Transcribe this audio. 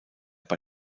bei